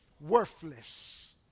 Worthless